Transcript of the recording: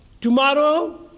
Tomorrow